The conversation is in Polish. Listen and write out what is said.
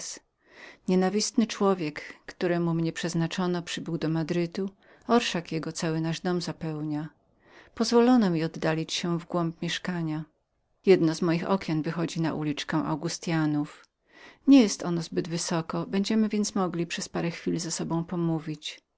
nienawistny człowiek któremu mnie przeznaczono przybył do madrytu orszak jego cały nasz dom zapełnia pozwolono mi oddalić się w głąb mieszkania z którego okno wychodzi na uliczkę augustyanów okno nie jest zbyt wysokiem będziem więc mogli parę chwil z sobą pomówić